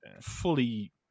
fully